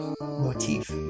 motif